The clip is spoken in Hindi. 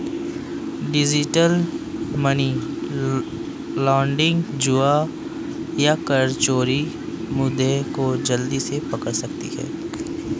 डिजिटल मनी लॉन्ड्रिंग, जुआ या कर चोरी मुद्दे को जल्दी से पकड़ सकती है